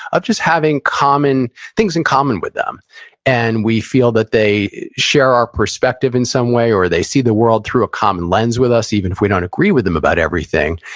of just having things in common with them and we feel that they share our perspective in some way, or they see the world through a common lens with us, even if we don't agree with them about everything.